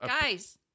guys